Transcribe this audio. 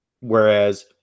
whereas